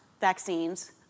vaccines